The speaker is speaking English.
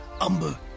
umber